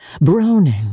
Browning